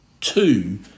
Two